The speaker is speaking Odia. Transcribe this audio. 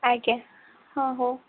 ଆଜ୍ଞା ହଁ ହଉ